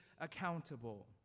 accountable